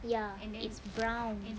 ya it's brown